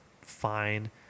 fine